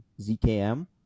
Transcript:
ZKM